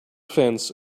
fence